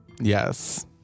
Yes